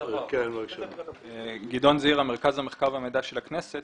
אני ממרכז המחקר והמידע של הכנסת.